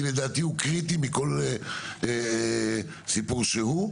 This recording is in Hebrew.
כי לדעתי הוא קריטי מכל סיפור אחר.